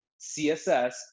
CSS